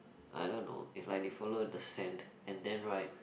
I don't know it's like they follow the sand and then right